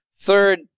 Third